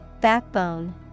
Backbone